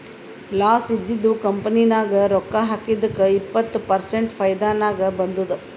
loss ಇದ್ದಿದು company ನಾಗ್ ರೊಕ್ಕಾ ಹಾಕಿದ್ದುಕ್ ಇಪ್ಪತ್ ಪರ್ಸೆಂಟ್ ಫೈದಾ ನಾಗ್ ಬಂದುದ್